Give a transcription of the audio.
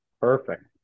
Perfect